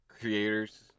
creators